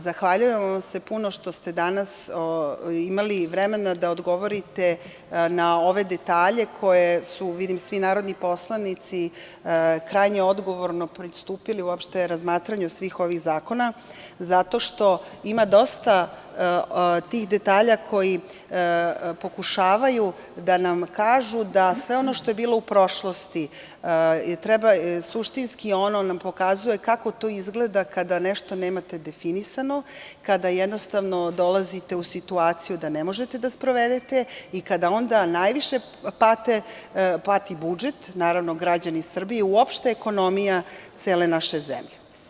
Zahvaljujemo vam se puno što ste danas imali vremena da odgovorite na ove detalje koje su, vidim, svi narodni poslanici krajnje odgovorno pristupili razmatranju svih ovih zakona, zato što ima dosta tih detalja koji pokušavaju da nam kažu da sve ono što je bilo u prošlosti suštinski nam pokazuje kako to izgleda kada nešto nemate definisano, kada jednostavno dolazite u situaciju da ne možete da sprovedete i onda najviše pati budžet, naravno građani Srbije i uopšte ekonomija cele naše zemlje.